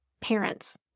parents